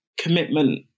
commitment